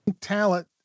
talent